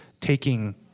taking